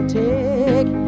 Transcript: take